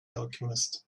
alchemist